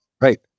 right